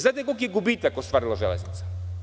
Znate li koliki je gubitak ostvarila Železnica?